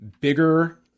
bigger